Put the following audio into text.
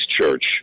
Church